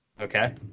Okay